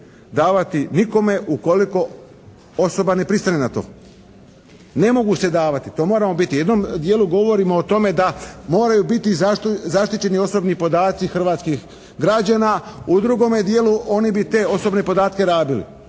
davati nikome ukoliko osoba ne pristane na to. Ne mogu se davati. To moramo biti, u jednom dijelu govorimo o tome da moraju biti zaštićeni osobni podaci hrvatski građana. U drugome dijelu oni bi te osobne podatke rabili.